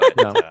No